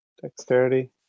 dexterity